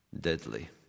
deadly